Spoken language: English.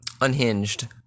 unhinged